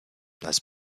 das